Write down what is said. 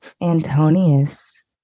Antonius